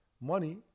money